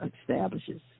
establishes